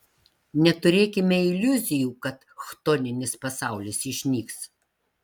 neturėkime iliuzijų kad chtoninis pasaulis išnyks